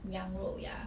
羊肉 ya